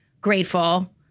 grateful